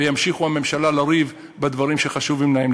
וימשיכו בממשלה לריב על הדברים שחשובים להם,